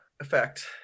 effect